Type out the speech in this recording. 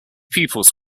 pupils